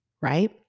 right